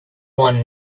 one